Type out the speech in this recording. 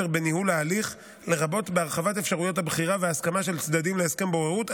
בניהול ההליך לרבות בהרחבת אפשרויות הבחירה וההסכמה של צדדים להסכם בוררות,